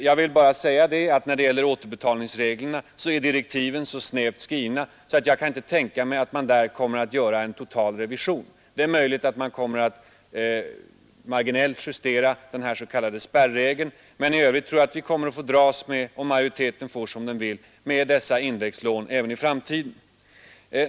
Jag vill bara säga att när det gäller återbetalningsreglerna är direktiven så snävt skrivna, att jag inte kan tänka mig att man där kommer att göra en total revision. Det är möjligt att man marginellt kommer att justera den s.k. spärregeln, men i övrigt tror jag att vi om majoriteten får som den vill kommer att dras med dessa indexlån även i framtiden.